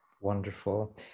Wonderful